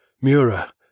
Mura